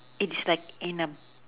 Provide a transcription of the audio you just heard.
it's like in a